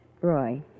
Roy